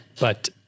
But-